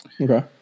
Okay